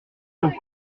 faut